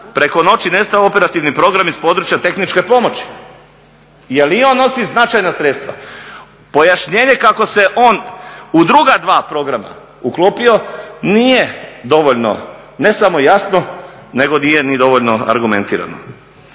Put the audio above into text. preko noći nestao operativni program iz područja tehničke pomoći? Jel i on nosi značajna sredstva. Pojašnjenje kako se on u druga dva programa uklopio nije dovoljno ne samo jasno nego nije ni dovoljno argumentirano.